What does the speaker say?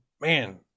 Man